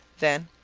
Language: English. then,